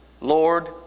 Lord